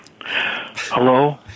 Hello